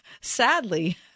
sadly